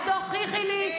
אז תוכיחי לי,